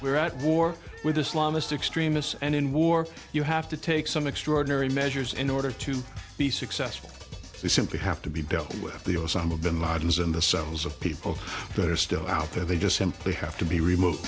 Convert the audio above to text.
we're at war with islamist extremists and in war you have to take some extraordinary measures in order to be successful we simply have to be dealt with the osama bin laden's and the sons of people that are still out there they just simply have to be removed